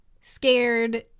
scared